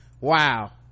wow